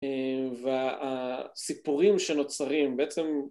והסיפורים שנוצרים בעצם